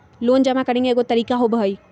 Loan जमा करेंगे एगो तारीक होबहई?